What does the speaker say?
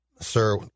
sir